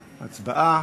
בעד,